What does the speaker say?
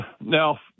Now